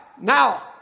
Now